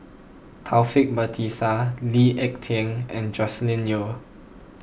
Taufik Batisah Lee Ek Tieng and Joscelin Yeo